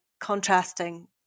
contrasting